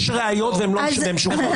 יש ראיות והם משוחררים.